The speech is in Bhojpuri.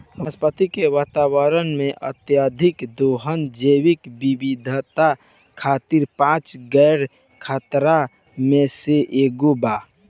वनस्पति के वातावरण में, अत्यधिक दोहन जैविक विविधता खातिर पांच गो खतरा में से एगो बा